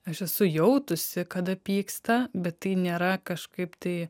aš esu jautusi kad pyksta bet tai nėra kažkaip tai